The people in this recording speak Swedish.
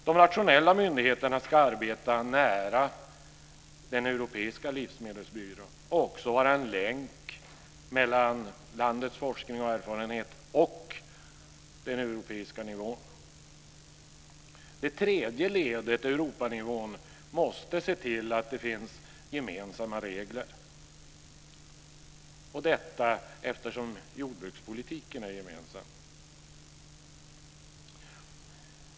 De nationella myndigheterna ska arbeta nära den europeiska livsmedelsbyrån och också vara en länk mellan landets forskning och erfarenhet och den europeiska nivån. Det tredje ledet, Europanivå, måste se till att det finns gemensamma regler, och detta eftersom jordbrukspolitiken är gemensam.